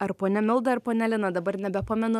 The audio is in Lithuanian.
ar ponia milda ar ponia lina dabar nebepamenu